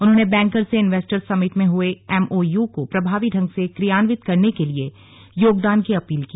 उन्होंने बैंकर्स से investors summit में हुए एमओयू को प्रभावी ढंग से क्रियान्वित करने के लिए योगदान की अपील की